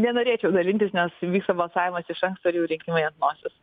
nenorėčiau dalintis nes vyksta balsavimas iš anksto ir jau rinkimai ant nosies